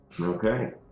okay